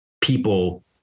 people